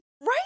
Right